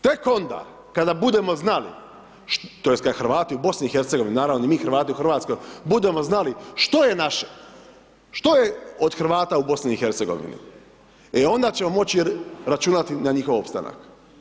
Tek onda kada budemo znali tj. kada Hrvati u BiH, naravno i mi Hrvati u RH, budemo znali što je naše, što je od Hrvata u BiH, e onda ćemo moći računati na njihov opstanak.